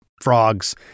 frogs